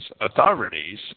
authorities